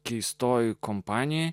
keistoje kompanijoje